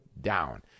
down